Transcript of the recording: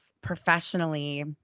professionally